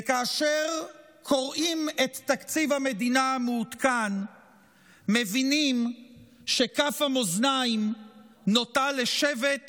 וכאשר קוראים את תקציב המדינה המעודכן מבינים שכף המאזניים נוטה לשבט